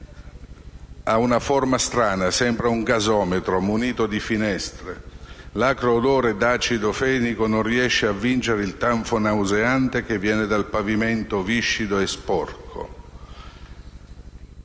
ha una forma strana, sembra un gasometro munito di finestre (...). L'acre odore dell'acido fenico non riesce a vincere il tanfo nauseante che viene dal pavimento viscido e sporco».